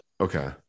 Okay